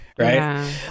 Right